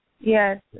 Yes